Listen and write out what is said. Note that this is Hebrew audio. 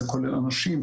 זה כולל אנשים,